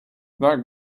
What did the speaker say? that